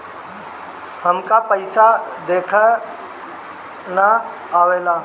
हमका पइसा देखे ना आवेला?